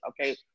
Okay